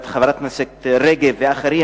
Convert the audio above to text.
חברת הכנסת רגב ואחרים,